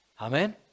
Amen